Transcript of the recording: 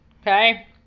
Okay